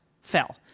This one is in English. fell